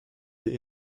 the